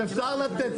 אפשר לתת,